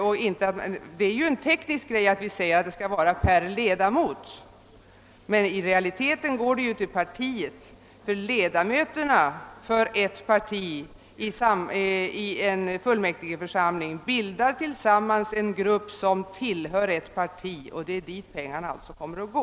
Bestämmelsen om bidrag per ledamot är bara en teknisk sak; i realiteten lämnas stödet till partiet. Ett partis ledamöter i en fullmäktigeförsamling bildar ju tillsammans cen grupp som tillhör partiet, och det är alltså dit pengarna kommer att gå.